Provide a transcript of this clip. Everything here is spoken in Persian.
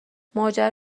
ماجرا